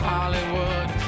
Hollywood